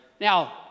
Now